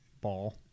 Ball